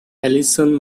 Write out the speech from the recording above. alison